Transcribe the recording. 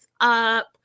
up